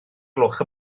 gloch